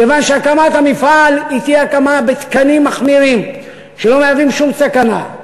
כיוון שהקמת המפעל תהיה הקמה בתקנים מחמירים שלא מהווים שום סכנה.